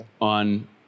on